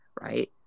right